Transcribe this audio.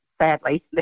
sadly